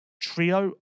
Trio